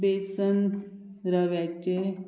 बेसन रव्याचे